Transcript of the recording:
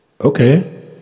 okay